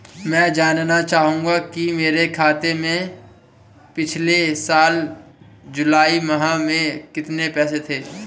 मैं जानना चाहूंगा कि मेरे खाते में पिछले साल जुलाई माह में कितने पैसे थे?